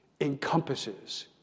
encompasses